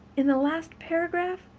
in the last paragraph,